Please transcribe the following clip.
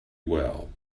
well